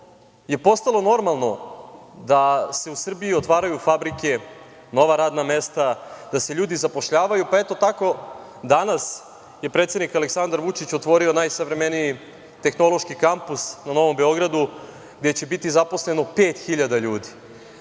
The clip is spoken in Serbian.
je postalo normalno da se u Srbiji otvaraju fabrike, nova radna mesta, da se ljudi zapošljavaju, pa eto tako danas je predsednik Aleksandar Vučić otvorio najsavremeniji tehnološki Kampus na Novom Beogradu, gde će biti zaposleno pet hiljada